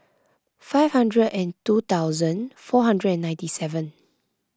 five hundred and two thousand four hundred and ninety seven